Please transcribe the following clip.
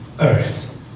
Earth